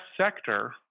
sector